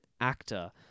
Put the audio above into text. actor